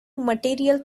material